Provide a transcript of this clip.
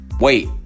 Wait